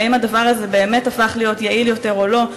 האם הדבר הזה באמת הפך להיות יעיל יותר או לא,